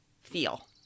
feel